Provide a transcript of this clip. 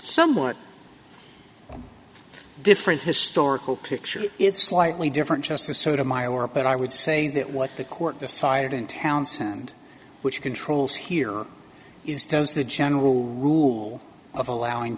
somewhat different historical picture it's slightly different just the sort of myra but i would say that what the court decided in townsend which controls here is does the general rule of allowing